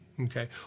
Okay